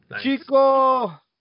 Chico